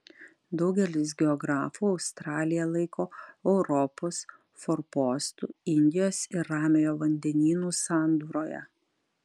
daugelis geografų australiją laiko europos forpostu indijos ir ramiojo vandenynų sandūroje